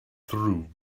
through